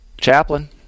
chaplain